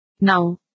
now